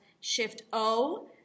Shift-O